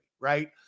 Right